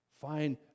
Find